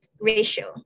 ratio